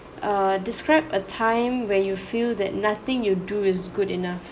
uh described a time when you feel that nothing you do is good enough